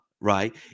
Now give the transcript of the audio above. right